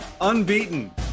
unbeaten